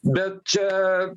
bet čia